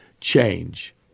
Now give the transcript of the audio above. change